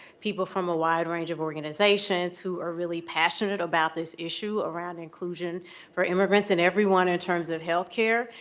people from a wide range of organizations who are really passionate about this issue around inclusion for immigrants and everyone in terms of health care.